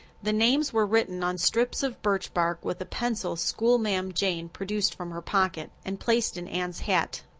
the names were written on strips of birch bark with a pencil schoolma'am jane produced from her pocket, and placed in anne's hat.